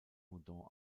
moudon